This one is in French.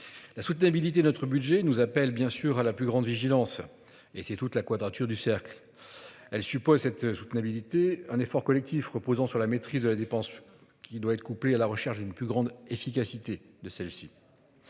La soutenabilité notre budget nous appelle bien sûr à la plus grande vigilance et c'est toute la quadrature du cercle. Elle suppose cette soutenabilité un effort collectif reposant sur la maîtrise de la dépense, qui doit être couplée à la recherche d'une plus grande efficacité de celle-ci.